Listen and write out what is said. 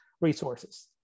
resources